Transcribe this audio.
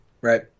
Right